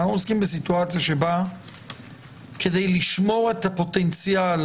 אנחנו עוסקים בסיטואציה שבה כדי לשמור את הפוטנציאל